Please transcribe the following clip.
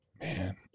Man